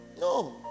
No